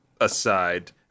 aside